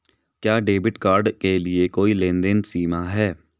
क्या debit card के लिए कोई लेनदेन सीमा है?